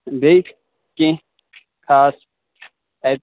بیٚیہِ کیٚنٛہہ خاص اَتہِ